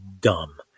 dumb